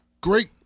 great